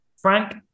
Frank